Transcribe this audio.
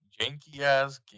janky-ass